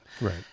Right